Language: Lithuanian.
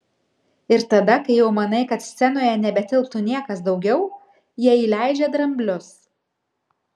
ir tada kai jau manai kad scenoje nebetilptų niekas daugiau jie įleidžia dramblius